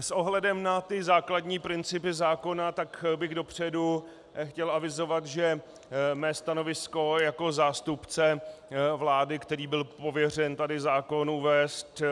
S ohledem na ty základní principy zákona bych dopředu chtěl avizovat, že mé stanovisko jako zástupce vlády, který byl pověřen tady zákon uvést,